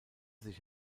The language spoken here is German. sich